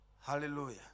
Hallelujah